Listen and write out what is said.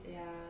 ya